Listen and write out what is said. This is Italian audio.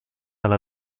alla